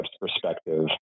perspective